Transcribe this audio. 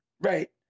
Right